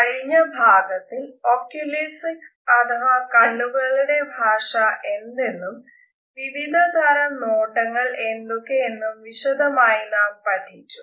കഴിഞ്ഞ ഭാഗത്തിൽ ഒക്കുലിസിക്സ് അഥവാ കണ്ണുകളുടെ ഭാഷ എന്തെന്നും വിവിധ തരം നോട്ടങ്ങൾ എന്തൊക്കെ എന്നും വിശദമായി നാം പഠിച്ചു